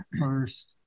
first